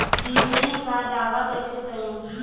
बीमे का दावा कैसे करें?